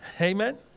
Amen